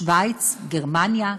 שווייץ, גרמניה,